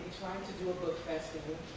to do a book festival,